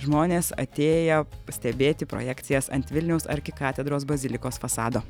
žmonės atėję stebėti projekcijas ant vilniaus arkikatedros bazilikos fasado